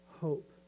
hope